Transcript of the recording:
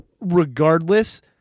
regardless